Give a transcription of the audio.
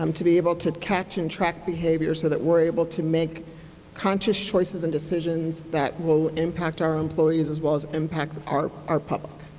um to be able to catch and track behaviors so that we are able to make conscious choices and decisions that will impact our employees, as well as impact our our public.